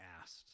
asked